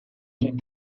son